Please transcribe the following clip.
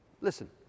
listen